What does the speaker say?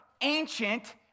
ancient